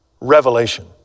Revelation